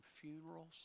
funerals